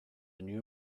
new